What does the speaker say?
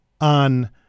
on